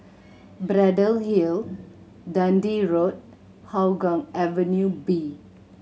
Braddell Hill Dundee Road Hougang Avenue B